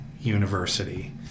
University